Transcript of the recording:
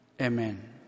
Amen